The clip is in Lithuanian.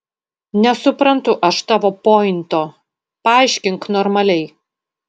nesuprantu aš tavo pointo paaiškink normaliai